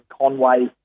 Conway